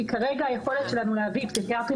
כי כרגע היכולת שלנו להביא פסיכיאטרים